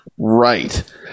right